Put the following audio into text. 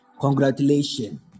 Congratulations